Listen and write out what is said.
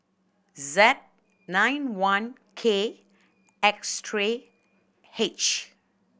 Z nine one K X three H